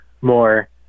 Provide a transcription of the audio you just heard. more